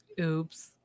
Oops